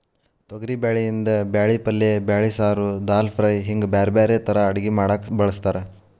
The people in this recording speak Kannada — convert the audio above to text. ತೊಗರಿಬ್ಯಾಳಿಯಿಂದ ಬ್ಯಾಳಿ ಪಲ್ಲೆ ಬ್ಯಾಳಿ ಸಾರು, ದಾಲ್ ಫ್ರೈ, ಹಿಂಗ್ ಬ್ಯಾರ್ಬ್ಯಾರೇ ತರಾ ಅಡಗಿ ಮಾಡಾಕ ಬಳಸ್ತಾರ